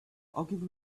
ogilvy